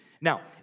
Now